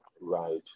right